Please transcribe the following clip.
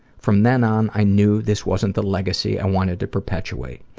from then on, i knew this wasn't the legacy i wanted to perpetuate.